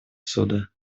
суда